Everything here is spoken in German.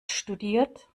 studiert